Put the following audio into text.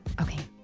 okay